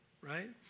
right